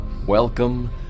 Welcome